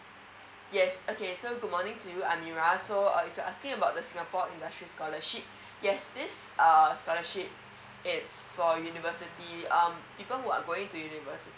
yes okay so good morning to you amira so if you're asking about the singapore industry scholarship yes this err scholarship it's for university um people who are going to university